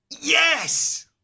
Yes